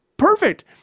perfect